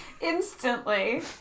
Instantly